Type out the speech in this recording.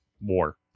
war